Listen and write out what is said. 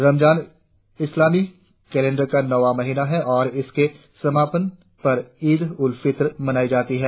रमजान इस्लामी कैलेंडर का नौवां महीना है और इसके समापन पर ईद उल फितर मनाई जाती है